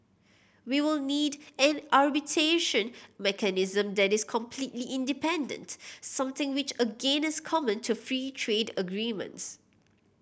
we will need an arbitration mechanism that is completely independent something which again is common to free trade agreements